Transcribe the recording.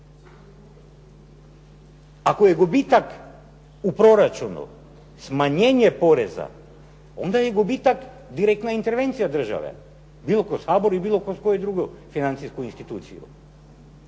Ako je gubitak u proračunu smanjenje poreza onda je gubitak direktna intervencija države bilo kroz HABOR bilo kroz koju drugu financijsku instituciju.